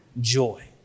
joy